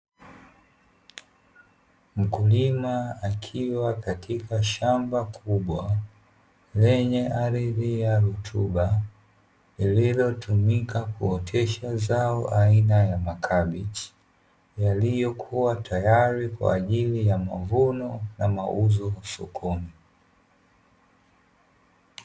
Mkulima akiwa katika shamba kubwa, lenye ardhi ya rutuba lililotumika kuotesha zao aina ya makabichi, yaliyokuwa tayari kwa ajili ya mavuno na mauzo sokoni.